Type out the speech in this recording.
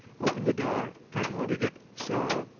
opened the door, and holding it so,